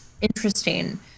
interesting